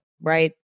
right